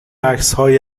عکسهایی